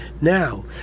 Now